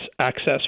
access